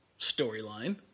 Storyline